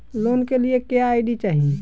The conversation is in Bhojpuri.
लोन के लिए क्या आई.डी चाही?